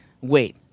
wait